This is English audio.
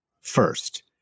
first